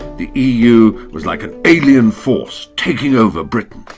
the eu was like an alien force taking over britain.